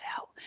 out